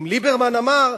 אם ליברמן אמר,